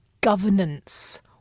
governance